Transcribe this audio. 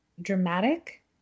dramatic